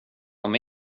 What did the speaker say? något